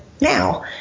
now